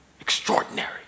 Extraordinary